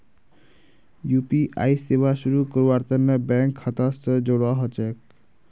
UPI सेवा शुरू करवार तने बैंक खाता स जोड़वा ह छेक